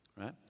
Right